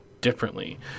differently